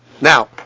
Now